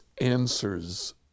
answers